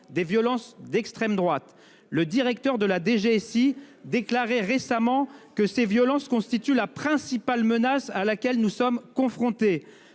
des violences d'extrême droite. Le directeur général de la sécurité intérieure déclarait récemment que ces violences constituent la principale menace à laquelle nous sommes confrontés.